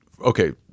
okay